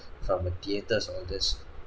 from a theatres all this